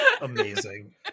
Amazing